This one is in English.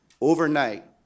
overnight